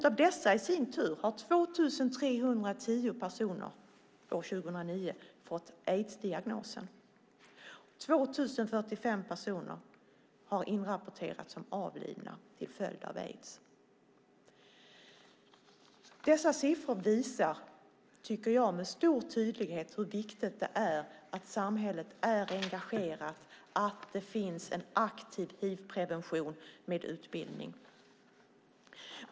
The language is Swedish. Av dessa fick i sin tur 2 310 personer diagnosen aids år 2009. 2 045 personer har inrapporterats som avlidna till följd av aids. Dessa siffror visar med stor tydlighet hur viktigt det är att samhället är engagerat och att det finns en aktiv hivprevention med utbildning.